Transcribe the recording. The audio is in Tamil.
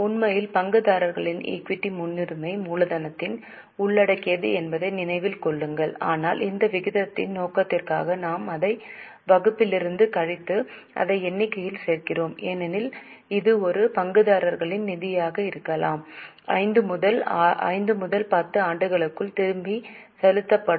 உண்மையில் பங்குதாரர்களின் ஈக்விட்டி முன்னுரிமை மூலதனத்தை உள்ளடக்கியது என்பதை நினைவில் கொள்ளுங்கள் ஆனால் இந்த விகிதத்தின் நோக்கத்திற்காக நாம் அதை வகுப்பிலிருந்து கழித்து அதை எண்ணிக்கையில் சேர்க்கிறோம் ஏனெனில் இது ஒரு பங்குதாரர்களின் நிதியாக இருந்தாலும் 5 முதல் 10 ஆண்டுகளுக்குள் திருப்பிச் செலுத்தப்படும்